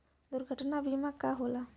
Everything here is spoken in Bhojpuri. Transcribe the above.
दुर्घटना बीमा का होला?